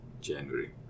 January